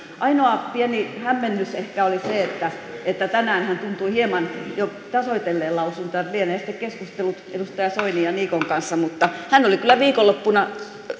ainoa pieni hämmennys ehkä oli se että tänään hän tuntui hieman jo tasoitelleen lausuntoaan lienee sitten keskustellut edustaja soinin ja edustaja niikon kanssa mutta hän oli kyllä viikonloppuna